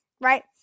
right